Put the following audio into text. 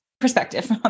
perspective